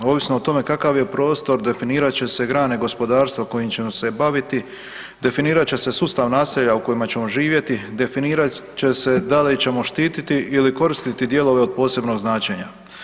Ovisno o tome kakav je prostor definirat će se grane gospodarstva kojim ćemo se baviti, definirat će se sustav naselja u kojima ćemo živjeti, definirat će se da li ćemo štititi ili koristiti dijelove od posebnog značenja.